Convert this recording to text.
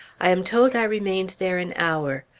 i am told i remained there an hour.